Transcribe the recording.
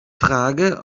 frage